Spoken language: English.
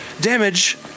damage